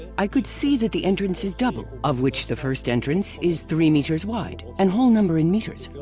i could see that the entrance is double, of which the first entrance is three meters wide, an whole number in meters,